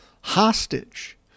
hostage